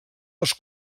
els